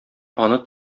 аны